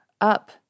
up